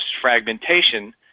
fragmentation